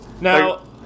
Now